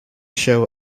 show